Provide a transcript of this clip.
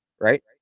right